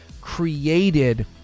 created